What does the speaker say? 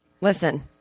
Listen